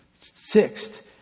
sixth